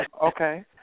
Okay